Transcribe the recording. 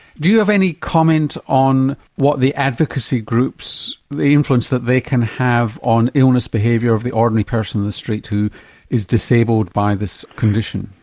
do you have any comment on what the advocacy groups, the influence that they can have on illness behaviour of the ordinary person in the street who is disabled by this condition?